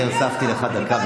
אני הוספתי לך דקה.